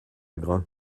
grain